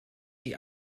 die